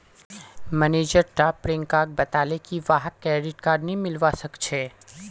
manager टा प्रियंकाक बताले की वहाक क्रेडिट कार्ड नी मिलवा सखछे